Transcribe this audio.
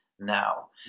Now